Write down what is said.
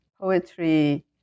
poetry